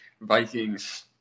Vikings